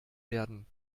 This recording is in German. werden